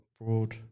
broad